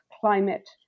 climate